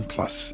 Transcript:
Plus